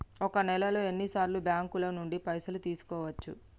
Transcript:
ఒక నెలలో ఎన్ని సార్లు బ్యాంకుల నుండి పైసలు తీసుకోవచ్చు?